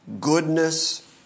goodness